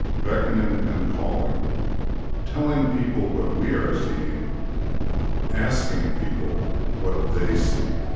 beckoning and calling telling people what we are seeing asking people what they see.